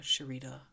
Sharita